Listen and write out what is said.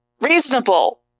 Reasonable